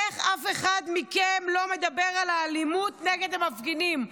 איך אף אחד מכם לא מדבר על האלימות נגד המפגינים?